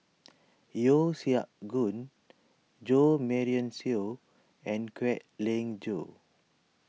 Yeo Siak Goon Jo Marion Seow and Kwek Leng Joo